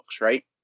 right